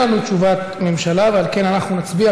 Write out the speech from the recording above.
אין לנו תשובת ממשלה ועל כן אנחנו נצביע